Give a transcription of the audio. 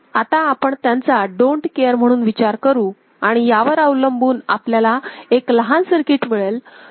आता आपण त्यांचा डोन्ट केअर म्हणून विचार करू आणि यावर अवलंबून आपल्याला एक लहान सर्किट मिळेल